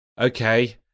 okay